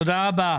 תודה רבה.